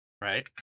Right